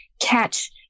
catch